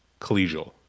collegial